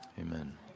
amen